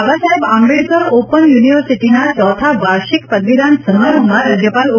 Babasaheb Ambedkar open યુનિવર્સિટીના ચોથા વાર્ષિક પદવીદાન સમારોહમાં રાજ્યપાલ ઓ